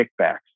kickbacks